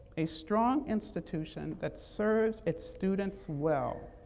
a strong institution that serves its students well.